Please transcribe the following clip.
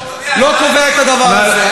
לא קובע את הדבר הזה.